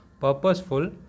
purposeful